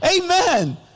Amen